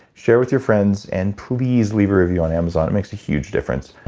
share with your friends and please leave a review on amazon. it makes a huge difference.